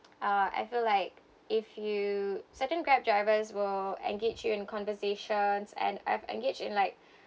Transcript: uh I feel like if you certain Grab drivers will engage you in conversations and I've engaged in like